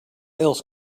else